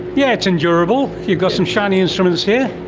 yeah it's endurable. you've got some shiny instruments here.